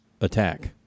attack